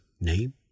name